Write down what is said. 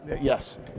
Yes